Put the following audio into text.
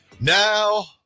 Now